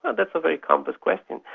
ah that's a very complex question.